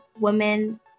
women